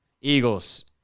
Eagles